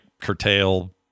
curtail